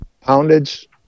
Poundage